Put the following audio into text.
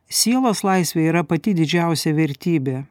sielos laisvė yra pati didžiausia vertybė